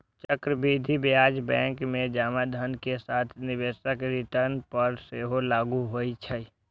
चक्रवृद्धि ब्याज बैंक मे जमा धन के साथ निवेशक रिटर्न पर सेहो लागू होइ छै